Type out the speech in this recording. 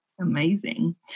Amazing